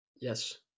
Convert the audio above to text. Yes